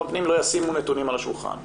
הפנים לא ישימו נתונים על השולחן.